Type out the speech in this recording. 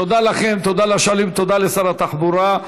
תודה לכם, תודה לשואלים, תודה לשר התחבורה.